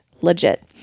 legit